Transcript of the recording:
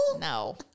No